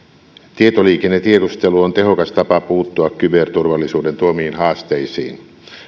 tietoliikennetiedustelu on tehokas tapa puuttua kyberturvallisuuden tuomiin haasteisiin